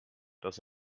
das